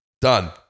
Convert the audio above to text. Done